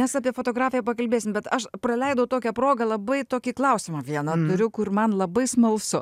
mes apie fotografiją pakalbėsim bet aš praleidau tokią progą labai tokį klausimą vieną turiu kur man labai smalsu